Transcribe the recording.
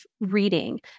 reading